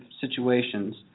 situations